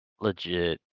Legit